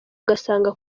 ugasanga